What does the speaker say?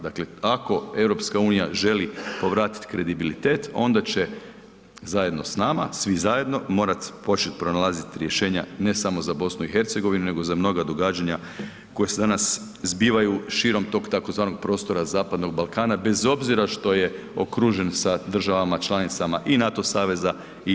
Dakle, ako EU želi povratit kredibilitet onda će zajedno s nama, svi zajedno, morat počet pronalazit rješenja ne samo za BiH, nego za mnoga događanja koja se danas zbivaju širom tog tzv. prostora Zapadnog Balkana bez obzira što je okružen sa državama članica i NATO saveza i EU.